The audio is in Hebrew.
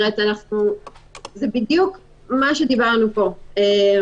זה בדיוק מה שדיברנו פה.